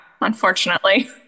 unfortunately